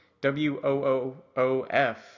W-O-O-O-F